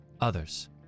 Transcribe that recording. others